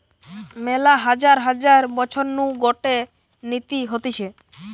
মেলা হাজার হাজার বছর নু গটে নীতি হতিছে